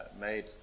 made